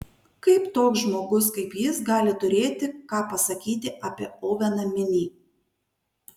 kaip toks žmogus kaip jis gali turėti ką pasakyti apie oveną minį